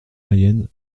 mayenne